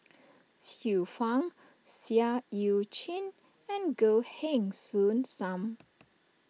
Xiu Fang Seah Eu Chin and Goh Heng Soon Sam